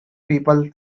people